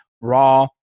raw